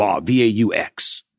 V-A-U-X